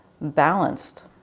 balanced